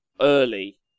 early